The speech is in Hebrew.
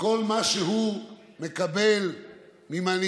וכל מה שהוא מקבל ממנהיגיו